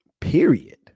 Period